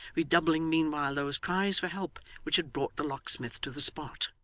redoubling meanwhile those cries for help which had brought the locksmith to the spot.